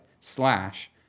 Slash